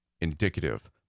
indicative